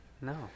No